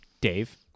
Dave